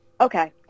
okay